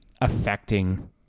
affecting